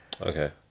Okay